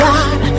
God